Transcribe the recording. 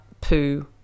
poo